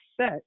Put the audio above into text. set